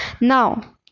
Now